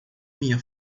minha